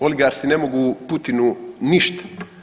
Oligarsi ne mogu Putinu ništa.